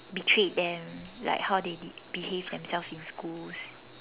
betrayed them like how they be behaved themselves in school